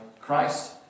Christ